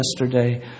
yesterday